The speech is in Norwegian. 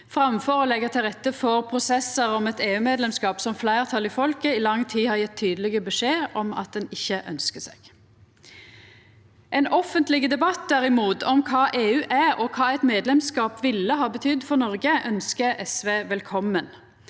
framfor å leggja til rette for prosessar om eit EU-medlemskap som fleirtalet i folket i lang tid har gjeve tydeleg beskjed om at ein ikkje ønskjer seg. Ein offentleg debatt, derimot, om kva EU er, og kva eit medlemskap ville ha betydd for Noreg, ønskjer SV velkomen.